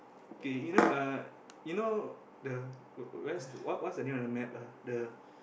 okay you know uh you know the where's what's what's the name of the map ah the the